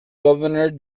governor